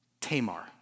Tamar